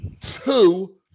two